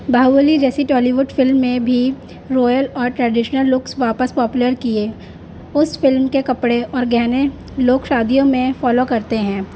باہوبلی جیسی Tollywood فلم میں بھی روائل اور ٹریڈیشنل لکس واپس پاپولر کیے اس فلم کے کپڑے اور گہنے لوگ شادیوں میں فالو کرتے ہیں